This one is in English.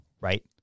right